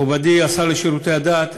מכובדי השר לשירותי דת,